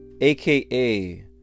AKA